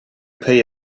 pay